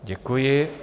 Děkuji.